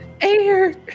Air